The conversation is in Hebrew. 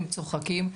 הם צוחקים,